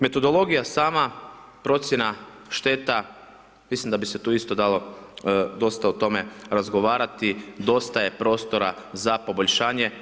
Metodologija, sama procjena šteta, mislim da bi se tu isto dalo dosta o tome razgovarati, dosta je prostora za poboljšanje.